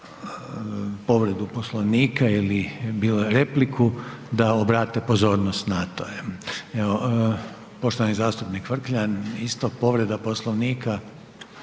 povredu Poslovnika ili bilo repliku da obrate pozornost na to. Evo, poštovani zastupnik Vrkljan isto povreda Poslovnika.